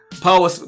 power